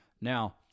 Now